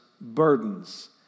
burdens